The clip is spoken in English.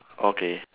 okay